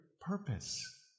purpose